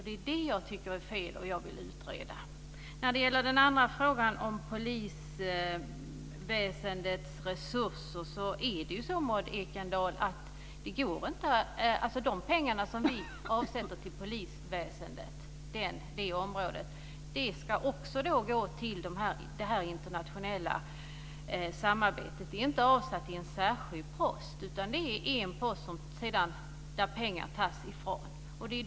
Det är det jag tycker är fel, och det är det jag vill utreda. När det gäller frågan om polisväsendets resurser är det ju så att de pengar vi avsätter till polisväsendet också ska gå till det internationella samarbetet. Det är inte avsatt i någon särskild post, utan pengarna tas från en post.